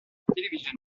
television